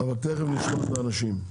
אבל תיכף נשמע מהאנשים.